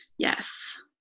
Yes